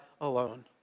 alone